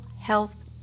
health